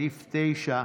סעיף 9,